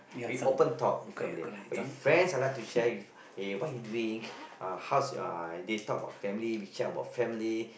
we open talk with family but with friends I like to share if eh what you doing uh how's uh they talk about family we share about family